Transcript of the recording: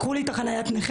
לקחו לי את חניית הנכה.